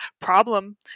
problem